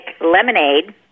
lemonade